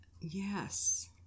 yes